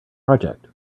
project